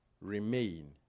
remain